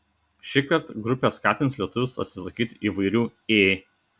šįkart grupė skatins lietuvius atsisakyti įvairių ė